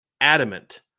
adamant